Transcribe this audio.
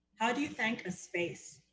how do you thank a space?